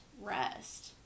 rest